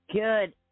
Good